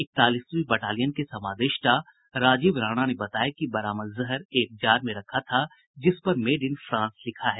इकतालीसवीं battalion के समादेष्टा राजीव राणा ने बताया कि बरामद जहर एक जार में रखा था जिस पर मेड इन फ्रांस लिखा है